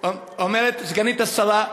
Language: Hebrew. אומרת סגנית השרה,